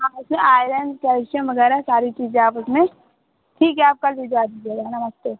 हाँ उसमें iron calcium वगैरह सारी चीज़ें आप उसमें ठीक है आप कल भिजवा दीजिएगा नमस्ते